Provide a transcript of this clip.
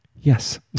Yes